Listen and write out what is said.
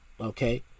Okay